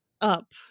up